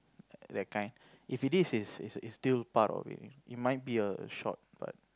that kind if it is is is still part of it it might be a short part